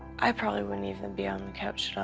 i probably wouldn't even be on the couch